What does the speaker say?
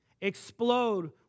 explode